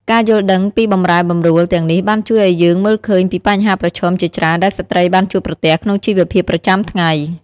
ការយល់ដឹងពីបម្រែបម្រួលទាំងនេះបានជួយឱ្យយើងមើលឃើញពីបញ្ហាប្រឈមជាច្រើនដែលស្ត្រីបានជួបប្រទះក្នុងជីវភាពប្រចាំថ្ងៃ។